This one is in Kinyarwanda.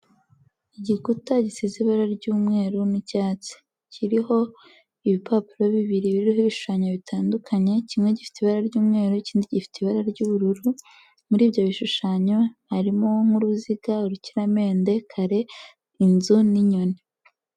Igikuta gisize ibara ry'umweru n'icyatsi. Kiriho ibipapuro bibiri biriho ibishushanyo bitandukanye kimwe gifite ibara ry'umweru ikindi gifite ibara ry'ubururu, muri ibyo bishushanyo harimo nk'uruziga, urukiramende, kare, inzu n'inyoni.